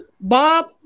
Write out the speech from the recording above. Bob